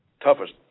toughest